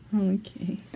Okay